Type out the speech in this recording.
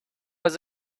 was